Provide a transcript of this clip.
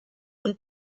und